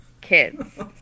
kids